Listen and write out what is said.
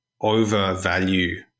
overvalue